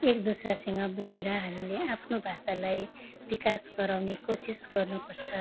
एकदुस्रासँग बोलेर हामीले आफ्नो भाषालाई विकास गराउने कोसिस गर्नुपर्छ